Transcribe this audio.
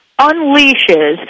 unleashes